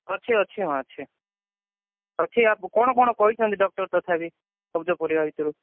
ଅଛି ଅଛି ମାଆ ଅଛି ଅଛି କ'ଣ କ'ଣ କହିଛନ୍ତି ଡକ୍ଟର ତଥାପି ସବୁଜ ପରିବା ଭିତରୁ